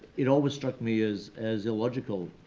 it always struck me as as illogical,